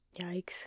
Yikes